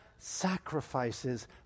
sacrifices